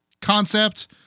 concept